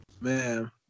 Man